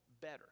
better